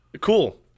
Cool